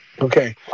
Okay